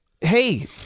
hey